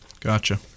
Gotcha